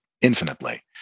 infinitely